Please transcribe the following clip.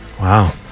wow